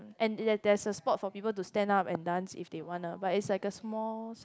and there there is a spot for people to stand up and dance if they want lah but it's a small side